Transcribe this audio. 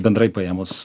bendrai paėmus